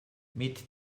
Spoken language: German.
mit